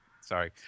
Sorry